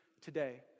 today